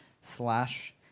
slash